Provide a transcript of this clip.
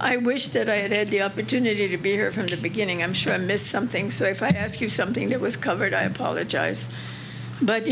i wish that i had had the opportunity to be here from the beginning i'm sure i missed something so if i ask you something that was covered i apologize but